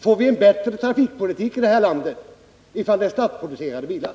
Får vi en bättre trafikpolitik i det här landet ifall det är statsproducerade bilar?